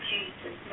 Jesus